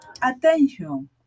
attention